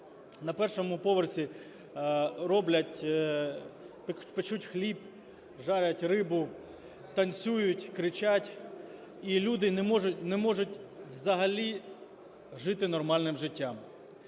на 1-му поверсі роблять, печуть хліб, жарять рибу, танцюють, кричать, і люди не можуть взагалі жити нормальним життям.